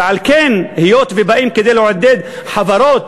ועל כן, היות שבאים לעודד חברות